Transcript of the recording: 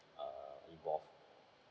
uh involved